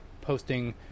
posting